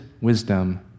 wisdom